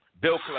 Bill